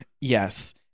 yes